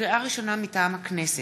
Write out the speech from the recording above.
לקריאה ראשונה, מטעם הכנסת: